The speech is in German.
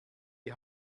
die